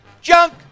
junk